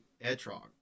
etrog